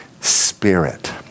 Spirit